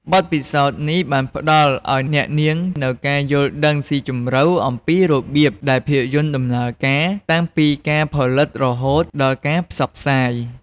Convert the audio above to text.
បទពិសោធន៍នេះបានផ្តល់ឱ្យអ្នកនាងនូវការយល់ដឹងស៊ីជម្រៅអំពីរបៀបដែលភាពយន្តដំណើរការ តាំងពីការផលិតរហូតដល់ការផ្សព្វផ្សាយ។